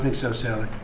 think so so,